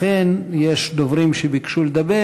לכן יש דוברים שביקשו לדבר.